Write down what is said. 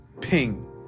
ping